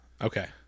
Okay